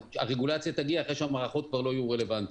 הרגולציה תגיע אחרי שהמערכות כבר לא יהיו רלוונטיות.